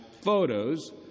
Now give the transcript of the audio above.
photos